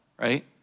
Right